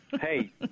Hey